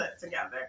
together